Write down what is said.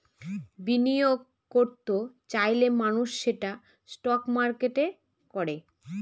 বিনিয়োগ করত চাইলে মানুষ সেটা স্টক মার্কেটে করে